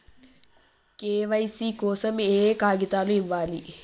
KYC కోసం ఏయే కాగితాలు ఇవ్వాలి?